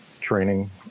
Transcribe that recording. training